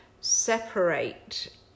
separate